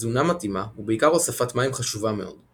תזונה מתאימה ובעיקר הוספת מים חשובה מאוד;